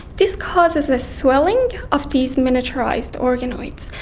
this causes a swelling of these miniaturised organoids.